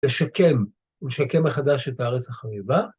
לשקם, ולשקם מחדש את הארץ החביבה.